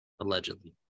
allegedly